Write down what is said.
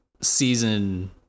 season